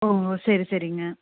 ஓ சரி சரிங்க